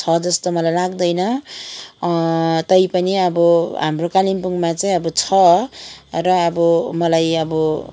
छ जस्तो मलाई लाग्दैन तैपनि अब हाम्रो कालिम्पोङमा चाहिँ अब छ र अब मलाई अब